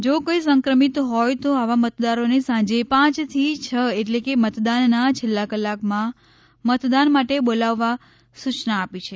જો કોઇ સંક્રમિત હોય તો આવા મતદારોને સાંજે પાંચથી છ એટલે કે મતદાનના છેલ્લા કલાકમાં મતદાન માટે બોલાવવા સૂચના આપી છે